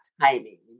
timing